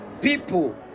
people